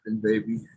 baby